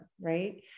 right